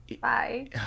Bye